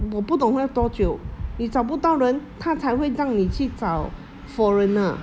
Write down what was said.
我不懂要多久你找不到人他才会让你去找 foreigner